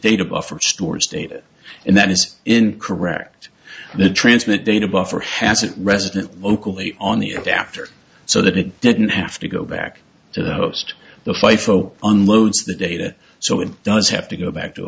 data buffer stores data and that is in correct the transmit data buffer has it resident locally on the adapter so that it didn't have to go back to the host the fight folk unloads the data so it does have to go back to